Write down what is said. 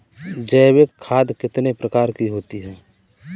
जैविक खाद कितने प्रकार की होती हैं?